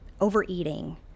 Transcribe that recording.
overeating